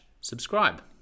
subscribe